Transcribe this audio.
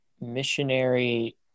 missionary